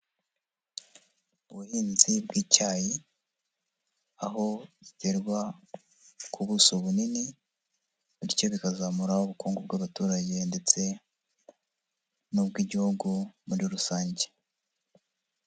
Ubuhinzi bw'icyayi, aho bugerwa ku buso bunini, bityo bikazamura ubukungu bw'abaturage ndetse n'ubw'igihugu muri rusange.